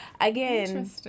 again